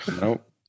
Nope